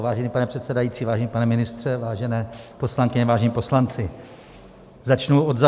Vážený pane předsedající, vážený pane ministře, vážené poslankyně, vážení poslanci, začnu odzadu.